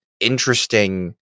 interesting